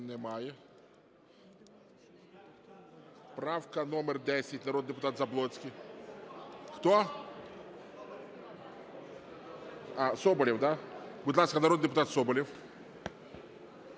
Немає. Правка номер 10, народний депутат Заблоцький. Хто? А, Соболєв, да? Будь ласка, народний депутат Соболєв.